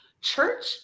church